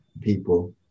people